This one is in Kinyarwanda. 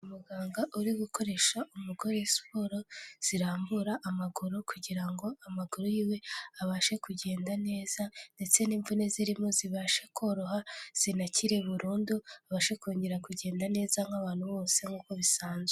Umuganga uri gukoresha umugore siporo zirambura amaguru kugira ngo amaguru yiwe abashe kugenda neza, ndetse n'imvune zirimo zibashe koroha, zinakire burundu, abashe kongera kugenda neza nk'abantu bose nk'uko bisanzwe.